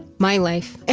my life. ah